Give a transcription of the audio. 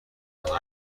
قطعا